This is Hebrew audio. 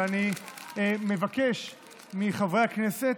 ואני מבקש מחברי הכנסת,